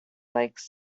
likes